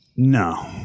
No